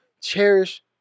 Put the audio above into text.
cherish